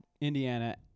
Indiana